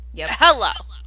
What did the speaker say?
hello